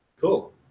Cool